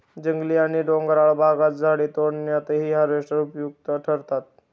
जंगली आणि डोंगराळ भागातील झाडे तोडण्यातही हार्वेस्टर उपयुक्त ठरतात